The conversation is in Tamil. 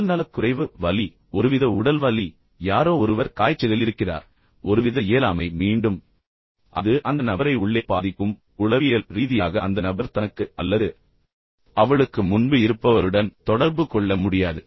உடல்நலக்குறைவு வலி ஒருவித உடல் வலி யாரோ ஒருவர் காய்ச்சலில் இருக்கிறார் ஒருவித இயலாமை மீண்டும் அது அந்த நபரை உள்ளே பாதிக்கும் உளவியல் ரீதியாக அந்த நபர் தனக்கு அல்லது அவளுக்கு முன்பு இருப்பவருடன் தொடர்பு கொள்ள முடியாது